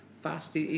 fast